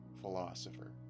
philosopher